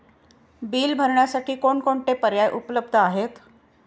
Bill भरण्यासाठी कोणकोणते पर्याय उपलब्ध आहेत?